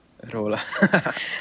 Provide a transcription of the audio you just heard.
Rola